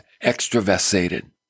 extravasated